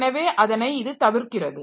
எனவே அதனை இது தவிர்க்கிறது